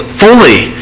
fully